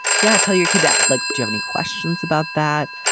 yeah tell your kids i like joanie questions about that.